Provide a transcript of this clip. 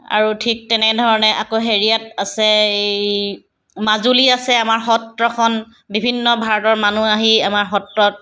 আৰু ঠিক তেনেধৰণে আকৌ হেৰিয়াত আছে এই মাজুলী আছে আমাৰ সত্ৰখন বিভিন্ন ভাৰতৰ মানুহ আহি আমাৰ সত্ৰত